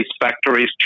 factories